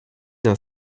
d’un